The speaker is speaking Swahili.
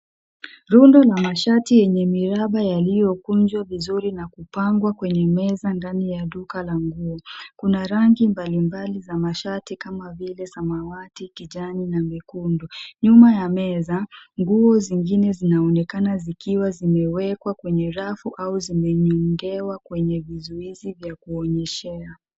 Rundo la mashati yenye miraba yaliyokunjwa vizuri na kupangwa kwenye meza ndani ya duka la nguo . Kuna rangi mbalimbali za mashati kama vile samawati, kijani na mekundu. Nyuma ya meza nguo zingine zinaoonekana zikiwa zimewekwa kwenye rafu au zimenyongewa kwenye vizuizi vya kuonyeshea.